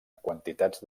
quantitats